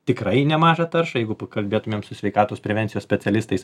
tikrai nemažą taršą jeigu pakalbėtumėm su sveikatos prevencijos specialistais